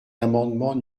l’amendement